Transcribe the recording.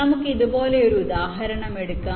നമുക്ക് ഇതുപോലൊരു ഉദാഹരണം എടുക്കാം